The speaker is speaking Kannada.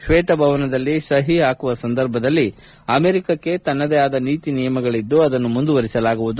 ಶ್ವೇತಭವನದಲ್ಲಿ ಸಹಿ ಹಾಕುವ ಸಂದರ್ಭದಲ್ಲಿ ಅಮೆರಿಕಕ್ಕೆ ತನ್ನದೇ ಆದ ನೀತಿ ನಿಯಮಗಳಿದ್ದು ಅದನ್ನು ಮುಂದುವರಿಸಲಾಗುವುದು